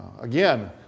Again